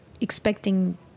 expecting